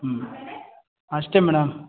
ಹೂಂ ಅಷ್ಟೇ ಮೇಡಮ್